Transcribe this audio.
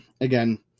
again